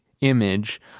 image